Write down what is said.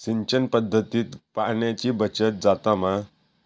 सिंचन पध्दतीत पाणयाची बचत जाता मा?